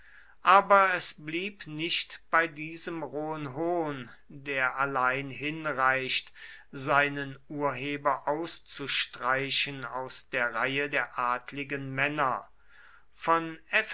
aber es blieb nicht bei diesem rohen hohn der allein hinreicht seinen urheber auszustreichen aus der reihe der adligen männer von